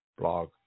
Blog